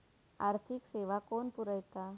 आर्थिक सेवा कोण पुरयता?